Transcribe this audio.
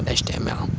html